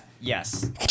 Yes